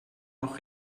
noch